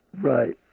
Right